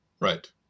Right